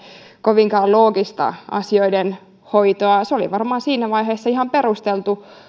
kovinkaan loogista asioiden hoitoa se oli varmaan siinä vaiheessa ihan perusteltu